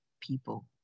people